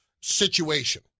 situation